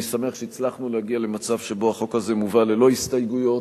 אני שמח שהצלחנו להגיע למצב שבו החוק הזה מובא ללא הסתייגויות,